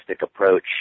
approach